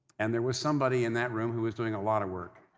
and there was somebody in that room who was doing a lot of work.